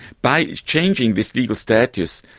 by changing this legal status,